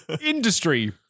Industry